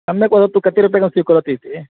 सम्यक् वदतु कति रूप्यकं स्वीकरोति इति